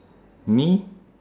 me